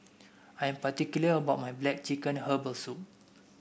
I am particular about my black chicken Herbal Soup